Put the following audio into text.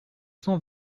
cent